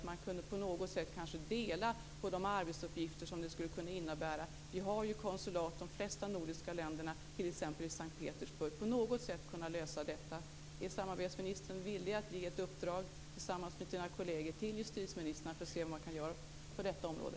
Man kanske på något sätt skulle kunna dela på dessa arbetsuppgifter. De flesta nordiska länder har ju t.ex. konsulat i S:t Petersburg. Man kanske skulle kunna lösa detta på något sätt. Är samarbetsministern villig att tillsammans med sina kolleger ge ett uppdrag till justitieministrarna för att se vad man kan göra på detta område?